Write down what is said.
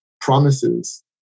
promises